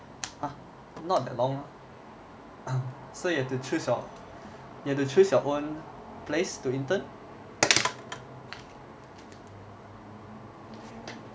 !huh! not that long ah so you have to choose your you have to choose your own place to intern